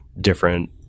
different